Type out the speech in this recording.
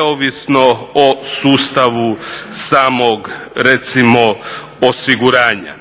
neovisno o sustavu samog recimo osiguranja.